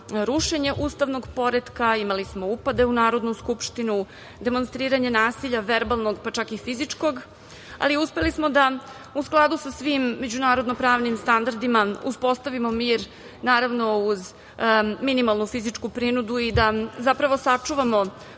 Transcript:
rušenje ustavnog poretka, imali smo upade u Narodnu skupštinu, demonstriranje nasilja verbalnog, pa čak i fizičkog, ali uspeli smo da u skladu sa svim međunarodno-pravnim standardima uspostavimo mir, naravno uz minimalnu fizičku prinudu i da zapravo sačuvamo